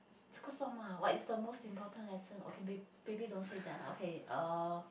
这个说吗 what is the most important lesson okay may~ maybe don't say that lah okay uh